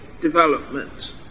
development